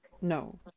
No